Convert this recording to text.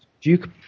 Duke